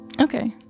Okay